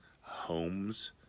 homes